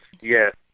Yes